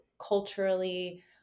culturally